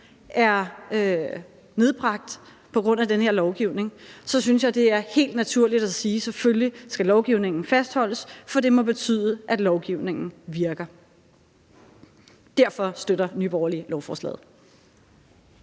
er nedbragt på grund af den her lovgivning, så synes jeg, det er helt naturligt at sige, at selvfølgelig skal lovgivningen fastholdes, for det må betyde, at lovgivningen virker. Derfor støtter Nye Borgerlige lovforslaget.